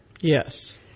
Yes